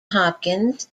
hopkins